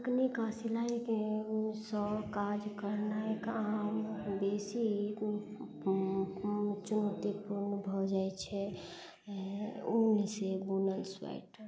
तकनीक आओर सिलाइसँ काज करनाइ काम बेसी चुनौतीपूर्ण भऽ जाइ छै ऊनसँ बुनल स्वेटर